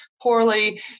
poorly